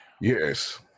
Yes